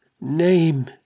name